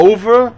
Over